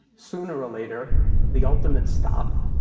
sooner or later the ultimate stop.